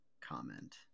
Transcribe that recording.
comment